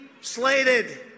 slated